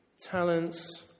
talents